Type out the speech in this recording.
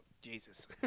Jesus